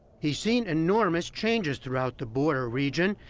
he's seen enormous changes throughout the border region,